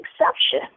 exception